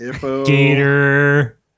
Gator